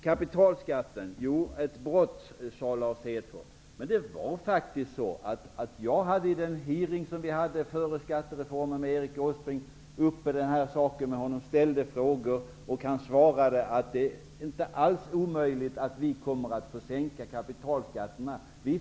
Lars Hedfors sade att det var fråga om brott när det gällde kapitalbeskattningen. Vid den hearing vi före beslutet om skattereformen hade med Erik Åsbrink svarade han på frågor av mig att det inte alls är omöjligt att vi kommer att få lov att sänka kapitalskatten.